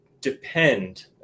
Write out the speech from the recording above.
depend